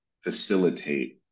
facilitate